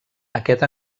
aquest